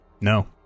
No